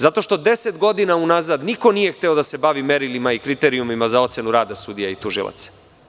Zato što 10 godina unazad niko nije hteo da se bavi merilima i kriterijumima za ocenu rada sudija i tužilaca.